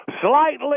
slightly